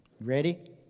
Ready